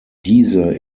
diese